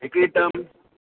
हिकिड़ी टर्म